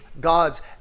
God's